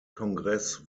kongress